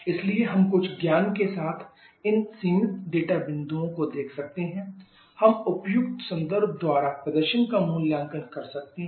इसलिए हम कुछ ज्ञान के साथ इन सीमित डेटा बिंदुओं को देख सकते हैं हम उपयुक्त संदर्भ द्वारा प्रदर्शन का मूल्यांकन कर सकते हैं